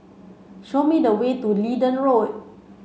show me the way to Leedon Road